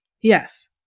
Yes